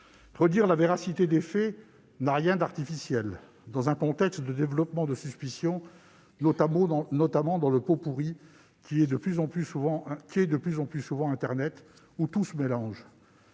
Redire la véracité des faits n'a rien d'artificiel dans un contexte de développement de suspicions, notamment dans le pot-pourri qu'est de plus en plus souvent internet, où tout se mélange.